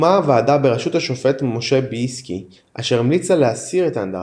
הוקמה ועדה בראשות השופט משה בייסקי אשר המליצה להסיר את האנדרטה.